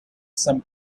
some